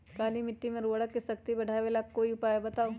काली मिट्टी में उर्वरक शक्ति बढ़ावे ला कोई उपाय बताउ?